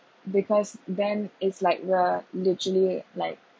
because then it's like we are literally like